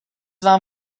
vám